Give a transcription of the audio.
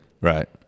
Right